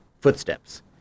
footsteps